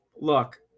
look